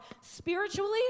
spiritually